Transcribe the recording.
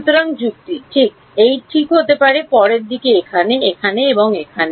সুতরাং যুক্তি ঠিক এই ঠিক হতে পারে পরের দিকে এখানে এখানে এবং এখানে